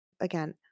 again